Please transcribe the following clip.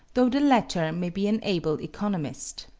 though the latter may be an able economist.